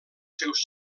seus